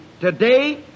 today